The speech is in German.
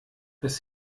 dass